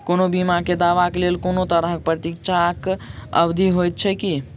कोनो बीमा केँ दावाक लेल कोनों तरहक प्रतीक्षा अवधि होइत छैक की?